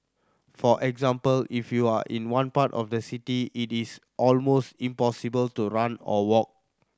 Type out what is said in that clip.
for example if you are in one part of the city it is almost impossible to run or walk